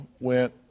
went